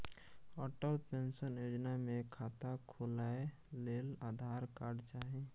Atal pension योजना मे खाता खोलय लेल आधार कार्ड चाही